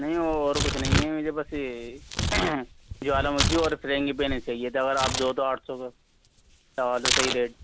نہیں اور کچھ نہیں ہے مجھے بس یہ جوالا مکھی اور فرنگی پینس چاہیے تھا اگر آپ دو تو آٹھ سو کا لگا لو صحیح ریٹ